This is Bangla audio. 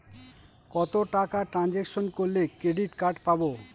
কত টাকা ট্রানজেকশন করলে ক্রেডিট কার্ড পাবো?